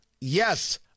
Yes